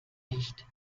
nicht